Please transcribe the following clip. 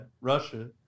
Russia